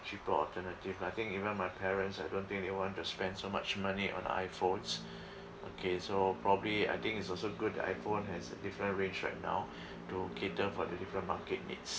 cheaper alternative I think even my parents I don't think they want to spend so much money on iPhones okay so probably I think it's also good that iPhone has a different range right now to cater for the different market needs